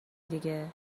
دیگه